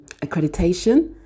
Accreditation